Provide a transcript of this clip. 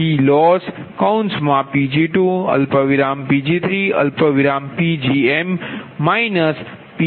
PLossPg2Pg3Pgm PL0